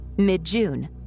mid-June